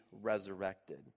resurrected